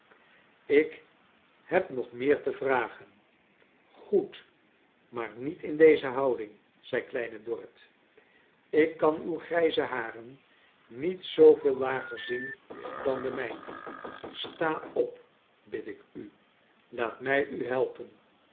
ik heb nog meer te vragen goed maar niet in deze houding zei kleine dorrit ik kan uw grijze haren niet zooveel lager zien dan de mijne sta op bid ik u laat mij u helpen